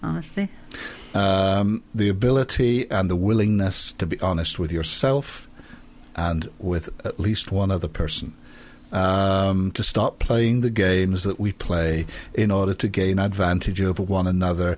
the ability and the willingness to be honest with yourself and with at least one other person to stop playing the games that we play in order to gain advantage over one another